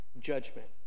judgment